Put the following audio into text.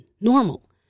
normal